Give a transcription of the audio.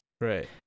Right